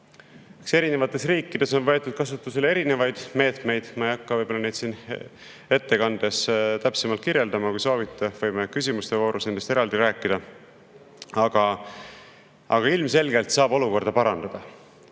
Eri riikides on võetud kasutusele erinevaid meetmeid. Ma ei hakka neid siin ettekandes täpsemalt kirjeldama. Kui soovite, võime küsimuste voorus nendest eraldi rääkida. Aga ilmselgelt saab olukorda parandada.